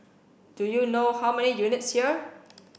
do you know how many units here